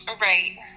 Right